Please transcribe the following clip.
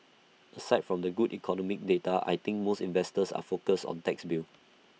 aside from the good economic data I think most investors are focused on the tax bill